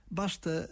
basta